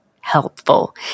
helpful